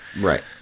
Right